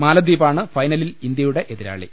മാലദ്വീപാണ് ഫൈനലിൽ ഇന്ത്യയുടെ എതിരാളി